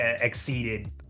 exceeded